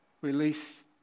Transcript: Release